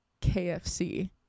kfc